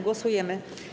Głosujemy.